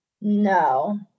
no